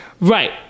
Right